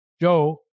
Joe